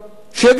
שיגידו את זה.